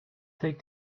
take